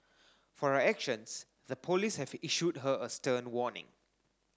for her actions the police have issued her a stern warning